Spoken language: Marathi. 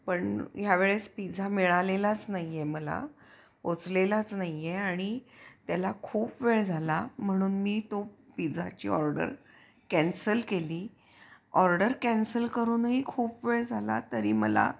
पण ह्यावेळेस पिझा मिळालेलाच नाही आहे मला पोचलेलाच नाही आहे आणि त्याला खूप वेळ झाला म्हणून मी तो पिझाची ऑर्डर कॅन्सल केली ऑर्डर कॅन्सल करूनही खूप वेळ झाला तरी मला